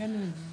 אני בהלם.